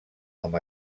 amb